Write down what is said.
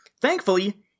thankfully